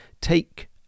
take